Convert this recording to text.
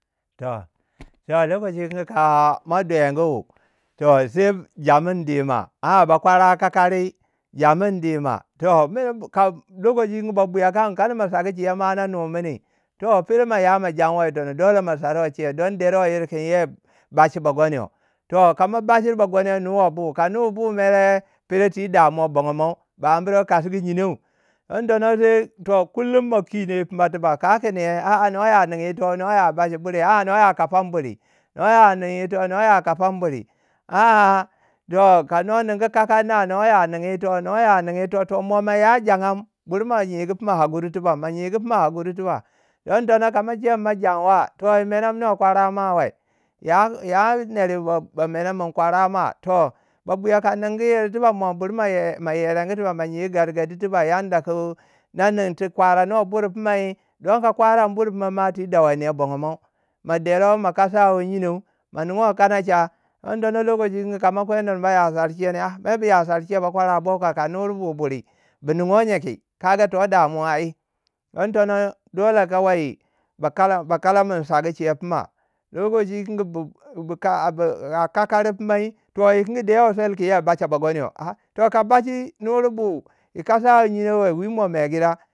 Toh lokaci tikangi ka ma dengu toh sai jamin dima a bakwara kakari jamin dima ka babuya kan kana ma saguchew na numini toh fere maya ma janwa yi tono. dole ma saruwei che don deruwai iri kin yo ba bachi ba gonyo toh kamo bashir bagonmo nuwa bui. ka nua bui mere pere ti damuwa bongo mo kasgu ngynou digin tono sai toh kulun ma kinon yi pima tiba. kawu kun ye a- a nwaya nin yito noya bash buri a noya kafan buri no ya nin ito. no ya kafan buri a- a toh ka no ningu kikari na. no ya nin yito toh mo ma ya jagan buri ma nyegu fina hakuri tiba mo nyigu pima hakuri tiba digin tono kama che min mo ma janwai toh wu miniwe ba kwarama wei ya- ya ner ba- ba mene mina ba kwarama toh, ba buya ka nin gu iri tiba mo bur ma yerengu tiba ma nyigu gargadi tuba yanda ku don ka faran buri pima ma ti dawainiya bongomau. ma deruwai ma kasawai nyenou ma nuwaei kanacha don tono lokachi ka ma kwei nur ma ya sar che ne a mer bi yasar che ba kwara bo ka nurbu buri. bu nowoi nye ki? kaga to damuwa ai. Don tono dole kawai ba kala ba kalamin sagu che pima. Lokaci kingi bu ka- a bu kakari pumai. yo yikingi dewi sweli kun yo bachi bagwanyo a toh ka bachi nur bui wu kasangawu nyino wei? wi mo maigida.